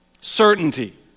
Certainty